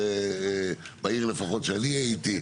בעיר לפחות שאני הייתי.